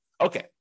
Okay